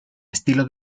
estilo